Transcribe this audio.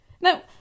Now